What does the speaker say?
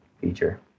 feature